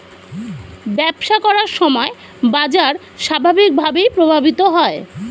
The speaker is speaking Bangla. ব্যবসা করার সময় বাজার স্বাভাবিকভাবেই প্রভাবিত হয়